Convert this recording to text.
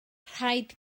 rhaid